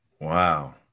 Wow